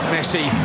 Messi